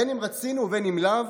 בין שרצינו ובין שלאו,